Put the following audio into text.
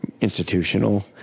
institutional